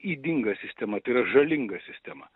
ydinga sistema tai yra žalinga sistema